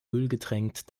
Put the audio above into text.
ölgetränkt